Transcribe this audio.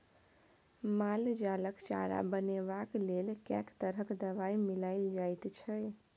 माल जालक चारा बनेबाक लेल कैक तरह दवाई मिलाएल जाइत छै